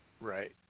Right